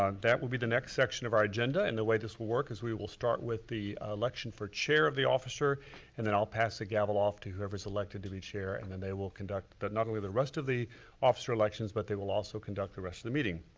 um that will be the next section of our agenda and the way this will work, is we will start with the election for chair of the officer and then i'll pass the gavel off to, whoever's elected to be chair and then they will conduct not only the rest of the officer elections, but they will also conduct the rest of the meeting.